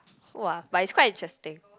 !wah! but it's quite interesting